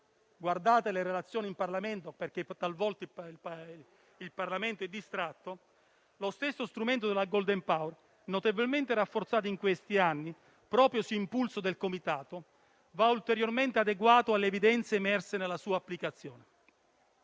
*golden power*. Lo diciamo perché, talvolta, il Parlamento è distratto. Lo stesso strumento del *golden power*, notevolmente rafforzato in questi anni proprio su impulso del Comitato, va ulteriormente adeguato alle evidenze emerse nella sua applicazione.